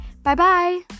Bye-bye